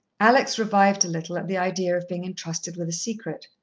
alex revived a little at the idea of being entrusted with a secret.